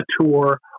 tour